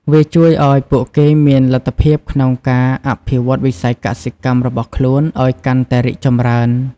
វាជួយឱ្យពួកគេមានលទ្ធភាពក្នុងការអភិវឌ្ឍន៍វិស័យកសិកម្មរបស់ខ្លួនឱ្យកាន់តែរីកចម្រើន។